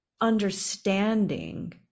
understanding